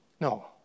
No